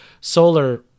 solar